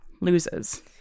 loses